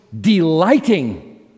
delighting